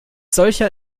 solcher